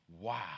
Wow